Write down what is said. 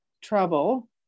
trouble